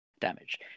damage